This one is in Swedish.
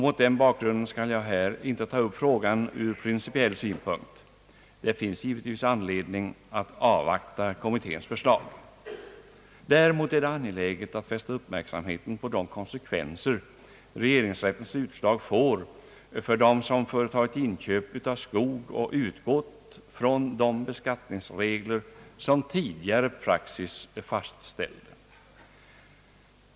Mot den bakgrunden skall jag här inte ta upp frågan ur principiell synpunkt; det finns givetvis anledning att avvakta kommitténs förslag. Däremot är det angeläget att fästa uppmärksamheten på de konsekvenser regeringsrättens utslag får för den som företagit inköp av skog och utgått från de beskattningsregler som tidigare praxis fastställde.